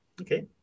Okay